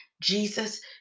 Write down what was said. Jesus